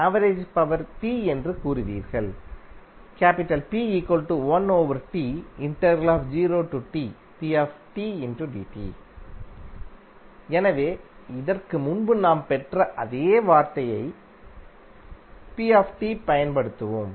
average power P என்று கூறுவீர்கள் எனவே இதற்கு முன்பு நாம் பெற்ற அதே வார்த்தையைப் பயன்படுத்துவோம்